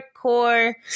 core